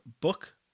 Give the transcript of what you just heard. book